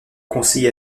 conseillé